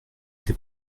été